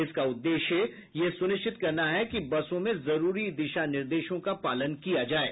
इसका उद्देश्य यह सुनिश्चित करना है कि बसों में जरूरी दिशा निर्देशों का पालन किया जाये